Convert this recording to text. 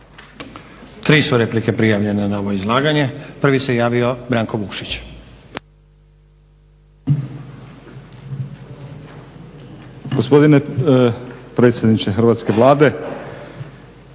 Tri su replike prijavljene na ovo izlaganje. Prvi se javio Branko Vukšić.